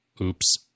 oops